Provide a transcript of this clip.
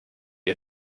ihr